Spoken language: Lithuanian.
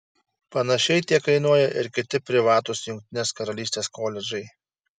panašiai tiek kainuoja ir kiti privatūs jungtinės karalystės koledžai